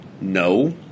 no